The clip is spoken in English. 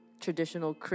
traditional